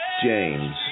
James